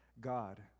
God